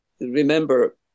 remember